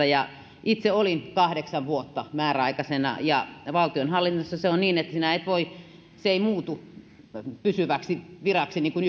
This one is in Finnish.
ja ketjuttamisesta itse olin kahdeksan vuotta määräaikaisena ja valtionhallinnossa se on niin että se ei muutu pysyväksi viraksi niin kuin